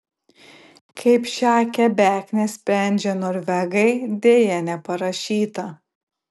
kaip šią kebeknę sprendžia norvegai deja neparašyta